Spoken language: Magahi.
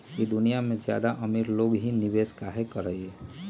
ई दुनिया में ज्यादा अमीर लोग ही निवेस काहे करई?